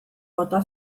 bota